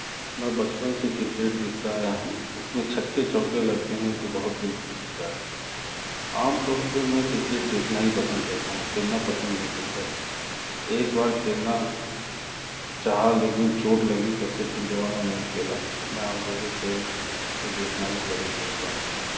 میں بچپن سے کرکٹ دیکھتا آیا ہوں اس میں چھکے چوکے لگتے ہیں تو بہت دل خوش ہوتا ہے عام طور پہ میں کرکٹ دیکھنا ہی پسند کرتا ہوں کھیلنا پسند نہیں کرتا ایک بار کھیلنا چاہا لیکن چوٹ لگی تب سے پھر دوبارہ نہیں کھیلا میں عام طور پر کھیل کو دیکھنا ہی پسند کرتا ہوں